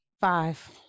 Five